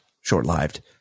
short-lived